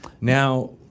Now –